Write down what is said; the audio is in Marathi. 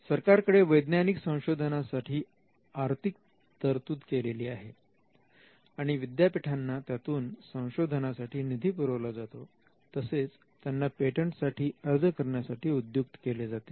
सरकारकडे वैज्ञानिक संशोधनासाठी आर्थिक तरतूद केलेली आहे आणि विद्यापीठांना त्यातून संशोधनासाठी निधी पुरवला जातो तसेच त्यांना पेटंटसाठी अर्ज करण्यासाठी उद्युक्त केले जाते